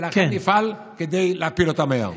ולכן נפעל כדי להפיל אותה מהר.